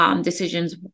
Decisions